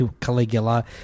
Caligula